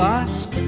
ask